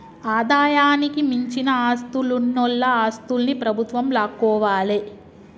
ఆదాయానికి మించిన ఆస్తులున్నోల ఆస్తుల్ని ప్రభుత్వం లాక్కోవాలే